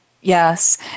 Yes